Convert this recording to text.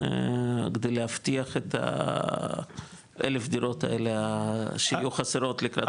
כדי להבטיח את האלף דירות האלה שיהיו חסרות לקראת סוף שנה ?